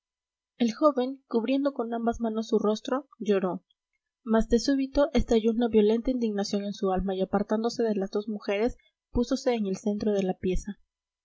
el joven cubriendo con ambas manos su rostro lloró mas de súbito estalló una violenta indignación en su alma y apartándose de las dos mujeres púsose en el centro de la pieza